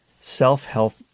self-help